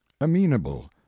amenable